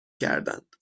کردند